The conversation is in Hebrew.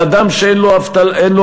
ואדם שאין לו עבודה,